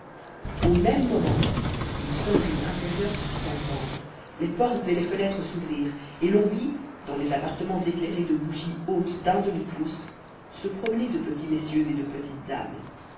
au même moment une sonnerie intérieure se fit entendre les portes et les fenêtres s'ouvrirent et l'on vit dans les appartements éclairés de bougies hautes d'un demi-pouce se promener de petits messieurs et de petites dames